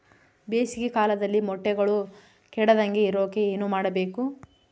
ಬೇಸಿಗೆ ಕಾಲದಲ್ಲಿ ಮೊಟ್ಟೆಗಳು ಕೆಡದಂಗೆ ಇರೋಕೆ ಏನು ಮಾಡಬೇಕು?